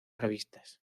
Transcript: revistas